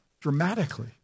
dramatically